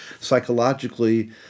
psychologically